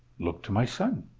look to my son?